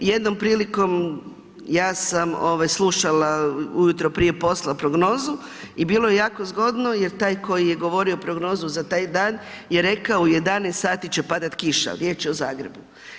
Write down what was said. Jednom prilikom ja sam ovaj slušala ujutro prije posla prognozu i bilo je jako zgodno jer taj koji je govorio prognozu za taj dan je rekao u 11 sati će padati kiša, riječ je o Zagrebu.